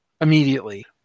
immediately